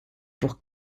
pour